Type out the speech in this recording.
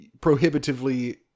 prohibitively